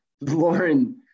Lauren